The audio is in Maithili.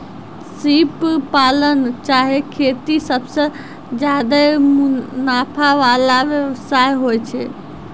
सिप पालन चाहे खेती सबसें ज्यादे मुनाफा वला व्यवसाय होय छै